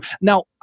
Now